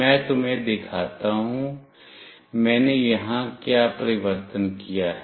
मैं तुम्हें दिखाता हूं मैंने यहाँ क्या परिवर्तन किया है